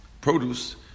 produce